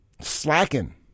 Slacking